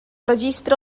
registre